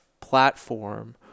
platform